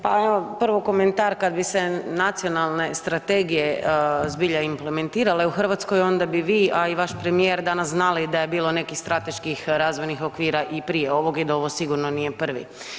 Pa evo prvo komentar, kad bi se nacionalne strategije zbilja implementirale u Hrvatskoj onda bi vi, a i vaš premijer danas znali da je bilo nekih strateških razvojnih okvira i prije ovog i da ovo sigurno nije prvi.